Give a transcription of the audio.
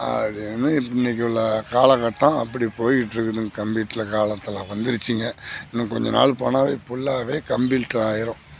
அப்படினு இன்னைக்கு உள்ள காலக்கட்டம் அப்படி போயிகிட்டு இருக்குதுங்க கம்ப்யூட்ரில் காலத்தில் வந்துருச்சுங்க இன்னும் கொஞ்சம் நாள் போனாவே ஃபுல்லாகவே கம்ப்பில்ட்ராயிரும்